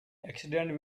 accidents